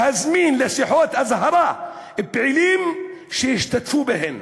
"להזמין לשיחות אזהרה פעילים שהשתתפו בהן".